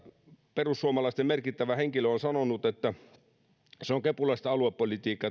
perussuomalaisten merkittävä henkilö on sanonut että tämä valtionosuus on kepulaista aluepolitiikkaa